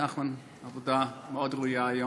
נחמן, עבודה מאוד ראויה היום.